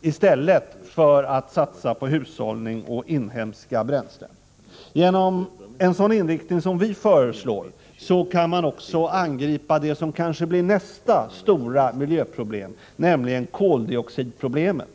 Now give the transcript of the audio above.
i stället för att man satsar på hushållning och inhemska bränslen. Genom en sådan inriktning som vi föreslår kan man också angripa det som kanske blir nästa stora miljöproblem, nämligen koldioxidproblemet.